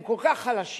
הם כל כך חלשים,